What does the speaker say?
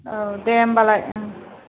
औ दे होमबालाय